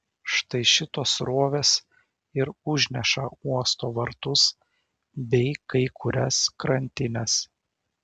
štai šitos srovės ir užneša uosto vartus bei kai kurias krantines